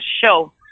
show